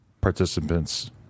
participants